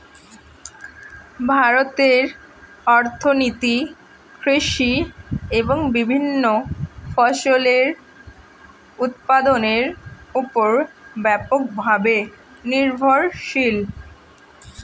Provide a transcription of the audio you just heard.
ভারতের অর্থনীতি কৃষি এবং বিভিন্ন ফসলের উৎপাদনের উপর ব্যাপকভাবে নির্ভরশীল